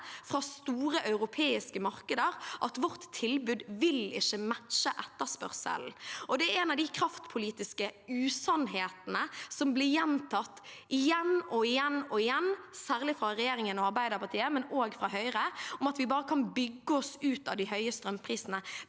fra store europeiske markeder at vårt tilbud ikke vil matche etterspørselen. Det er en av de kraftpolitiske usannhetene som blir gjentatt igjen og igjen og igjen, særlig fra regjeringen og Arbeiderpartiet, men også fra Høyre: at vi bare kan bygge oss ut av de høye strømprisene.